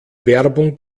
werbung